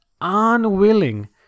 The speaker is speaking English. unwilling